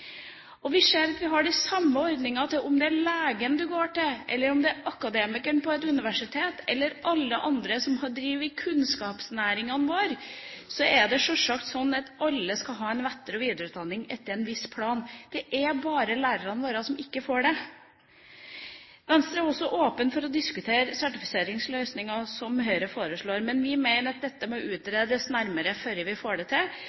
Vi ser at vi skal ha den samme ordningen. Om det er legen man går til, eller akademikeren på et universitet eller andre i kunnskapsnæringene våre, er det sjølsagt slik at alle skal ha en etter- og videreutdanning etter en viss plan. Det er bare lærerne våre som ikke får det. Venstre er også åpen for å diskutere sertifiseringsløsninger, som Høyre foreslår. Men vi mener at dette må utredes nærmere før vi gjør det